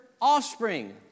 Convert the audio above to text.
offspring